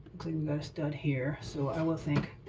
stud here. so i will think